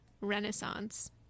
renaissance